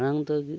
ᱢᱟᱲᱟᱝ ᱫᱚ